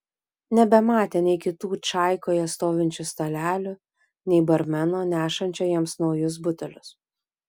nebematė nei kitų čaikoje stovinčių stalelių nei barmeno nešančio jiems naujus butelius